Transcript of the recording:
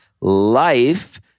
life